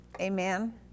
Amen